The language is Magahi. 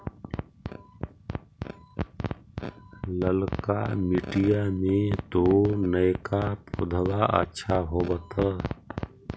ललका मिटीया मे तो नयका पौधबा अच्छा होबत?